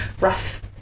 rough